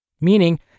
Meaning